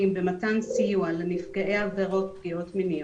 במתן סיוע לנפגעי עבירות פגיעות מיניות,